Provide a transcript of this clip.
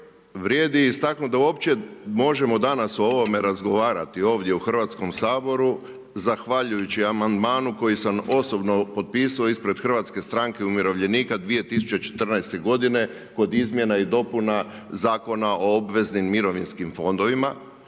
vrijedi istaknuti da uopće možemo danas u ovome razgovarati u ovdje u Hrvatskom saboru zahvaljujući amandmanu koji sam osobno potpisao ispred HSU-a 2014. godine kod izmjena i dopunama Zakona o obveznim mirovinskim fondovima